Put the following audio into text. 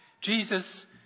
Jesus